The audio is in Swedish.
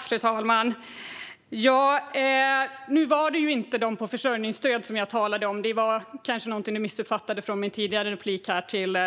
Fru talman! Nu var det ju inte dem som får försörjningsstöd som jag talade om. Det kanske var någonting som missuppfattades utifrån min tidigare replik till